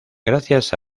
gracias